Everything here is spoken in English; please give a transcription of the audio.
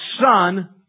son